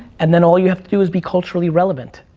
and then all you have to do is be culturally relevant.